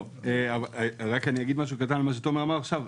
זה נכון